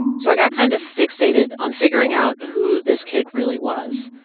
so i got kind of fixated on figuring out who this kid really was.